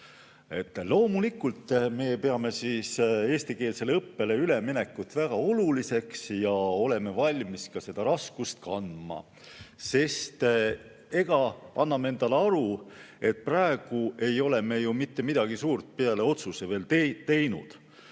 Loomulikult me peame eestikeelsele õppele üleminekut väga oluliseks ja oleme valmis ka seda raskust kandma. Sest anname endale aru, praegu ei ole me ju mitte midagi suurt peale otsuse veel teinud.